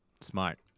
smart